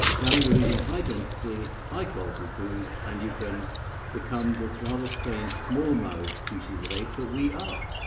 now you're eating high-density, high-quality food, and you can become this rather strange, small-mouthed species of ape that we are.